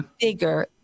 bigger